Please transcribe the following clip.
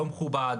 לא מכובד,